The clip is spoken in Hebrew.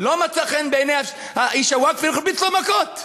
לא מצא חן בעיני איש הווקף והרביץ לו מכות.